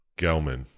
Gelman